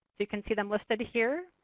you can see them listed here.